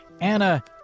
Anna